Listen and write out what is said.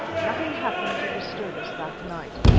nothing happened to disturb us that night,